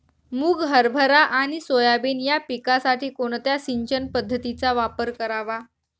मुग, हरभरा आणि सोयाबीन या पिकासाठी कोणत्या सिंचन पद्धतीचा वापर करावा?